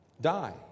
Die